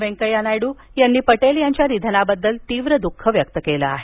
वेंकय्या नायडू यांनी पटेल यांच्या निधनाबद्दल तीव्र दुःख व्यक्त केलं आहे